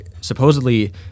supposedly